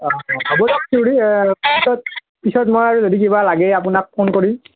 অঁ হ'ব খুড়ী পিছত পিছত মই যদি কিবা লাগে আপোনাক ফোন কৰিম